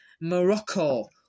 Morocco